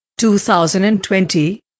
2020